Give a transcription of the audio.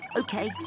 okay